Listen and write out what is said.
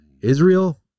Israel